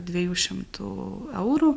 dviejų šimtų eurų